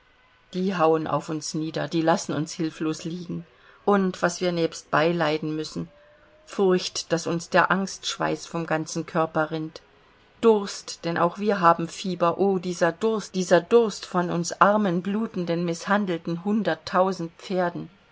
die hauen auf uns nieder die lassen uns hilflos liegen und was wir nebstbei leiden müssen furcht daß uns der angstschweiß vom ganzen körper rinnt durst denn auch wir haben fieber o dieser durst dieser durst von uns armen blutenden mißhandelten hunderttausend pferden